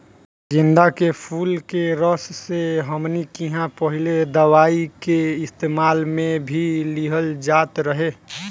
गेन्दा के फुल के रस से हमनी किहां पहिले दवाई के इस्तेमाल मे भी लिहल जात रहे